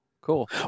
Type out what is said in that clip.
Cool